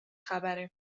خبره